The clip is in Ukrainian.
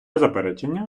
заперечення